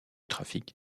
trafic